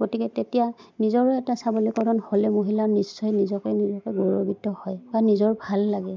গতিকে তেতিয়া নিজৰো এটা সবলীকৰণ হ'লে মহিলাৰ নিশ্চয় নিজকে নিজকে গৌৰৱান্বিত হয় বা নিজৰ ভাল লাগে